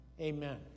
amen